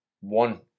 One